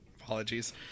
apologies